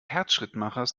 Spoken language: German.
herzschrittmachers